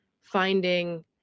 finding